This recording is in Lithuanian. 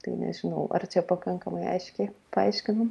tai nežinau ar čia pakankamai aiškiai paaiškinau